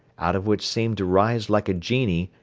out of which seemed to rise like a genie,